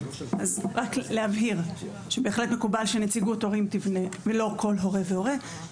אז רק להבהיר שבהחלט מקובל שנציגות הורים תפנה ולא כל הורה והורה,